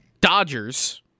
Dodgers